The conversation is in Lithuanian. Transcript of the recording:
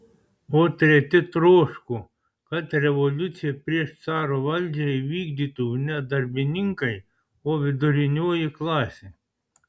o treti troško kad revoliuciją prieš caro valdžią įvykdytų ne darbininkai o vidurinioji klasė